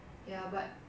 suck it up lor